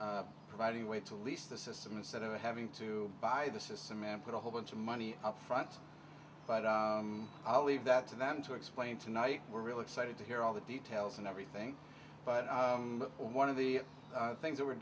providing a way to lease the system instead of having to buy the system and put a whole bunch of money upfront but i'll leave that to them to explain tonight we're really excited to hear all the details and everything but one of the things that we're